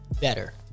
Better